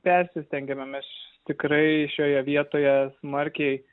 persistengėme mes tikrai šioje vietoje smarkiai